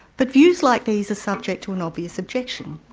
but views like these are subject to an obvious objection.